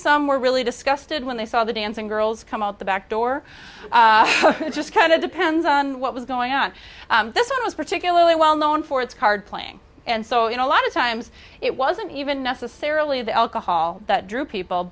some were really disgusted when they saw the dancing girls come out the back door just kind of depends on what was going on this one was particularly well known for its card playing and so in a lot of times it wasn't even necessarily the alcohol that drew people